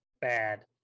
bad